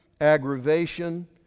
aggravation